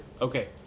Okay